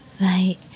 Right